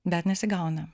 bet nesigauna